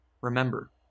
Remember